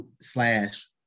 slash